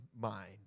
mind